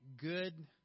good